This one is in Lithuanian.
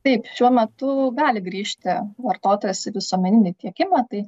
taip šiuo metu gali grįžti vartotojas į visuomeninį tiekimą tai